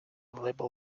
libel